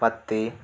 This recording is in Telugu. పత్తి